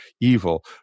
evil